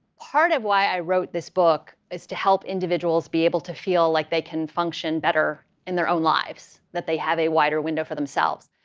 part of why i wrote this book is to help individuals be able to feel like they can function better in their own lives, that they have a wider window for themselves.